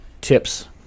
tips